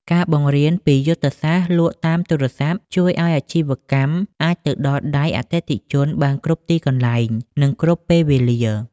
ការបង្រៀនពី "យុទ្ធសាស្ត្រលក់តាមទូរស័ព្ទ" ជួយឱ្យអាជីវកម្មអាចទៅដល់ដៃអតិថិជនបានគ្រប់ទីកន្លែង និងគ្រប់ពេលវេលា។